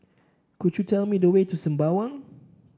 could you tell me the way to Sembawang